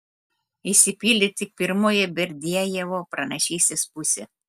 išsipildė tik pirmoji berdiajevo pranašystės pusė